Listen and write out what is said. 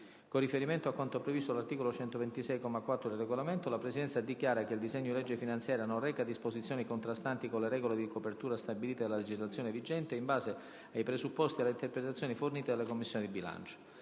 Con riferimento a quanto previsto dall’articolo 126, comma 4, del Regolamento, la Presidenza dichiara che il disegno di legge finanziaria non reca disposizioni contrastanti con le regole di copertura stabilite dalla legislazione vigente, in base ai presupposti e alle interpretazioni fornite dalla Commissione bilancio.